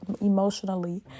emotionally